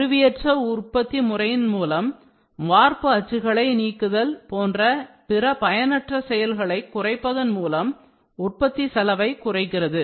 கருவியற்ற உற்பத்தி முறையின் மூலம் வார்ப்பு அச்சுகளை நீக்குதல் போன்ற பிற பயனற்ற செயல்களை குறைப்பதன் மூலம் உற்பத்தி செலவை குறைகிறது